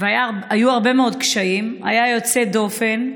היה יוצא דופן.